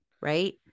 Right